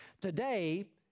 Today